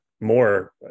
more